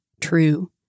true